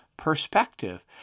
perspective